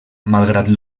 malgrat